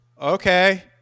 okay